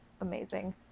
amazing